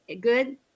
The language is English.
good